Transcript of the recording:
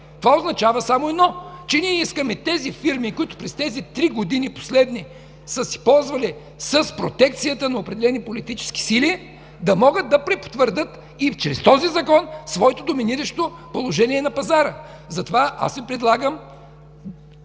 Това означава само едно – че ние искаме тези фирми, които през тези последни три години са се ползвали с протекцията на определени политически сили, да могат да препотвърдят и чрез този Закон своето доминиращо положение на пазара. Затова аз Ви предлагам